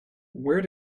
where